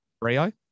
Rio